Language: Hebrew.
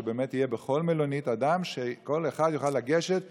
שבאמת יהיה בכל מלונית אדם שכל אחד יוכל לגשת ולהגיד: